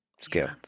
scale